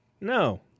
No